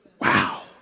Wow